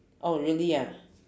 oh really ah